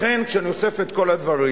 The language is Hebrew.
לכן, כשאני אוסף את כל הדברים,